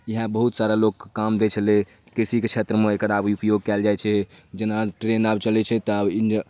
इएह बहुत सारा लोकके काम दै छलै कृषिके क्षेत्रमे आब उपयोग कएल जाइ छै जेना ट्रेन आब चलै छै तऽ इन्ध